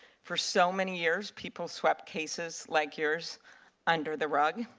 for so many years, people swept cases like yours under the rug.